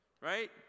Right